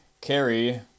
carry